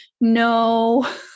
No